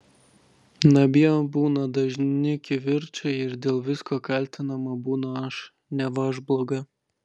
namie būna dažni kivirčai ir dėl visko kaltinama būnu aš neva aš bloga